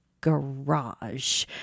garage